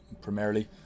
primarily